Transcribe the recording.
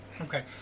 Okay